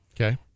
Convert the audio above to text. Okay